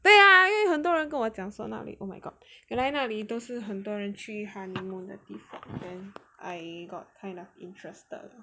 对啊因为很多人跟我讲说那里 oh my god 那里都是很多人去 honeymoon 的地方 then I got kind of interested